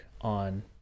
on